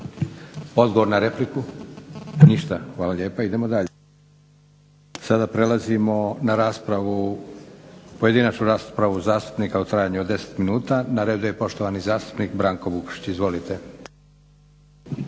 Odgovor na repliku? Ništa. Hvala lijepa. Idemo dalje. Sada prelazimo na raspravu, pojedinačnu raspravu zastupnika u trajanju od 10 minuta. Na redu je poštovani zastupnik Branko Vukšić. Izvolite.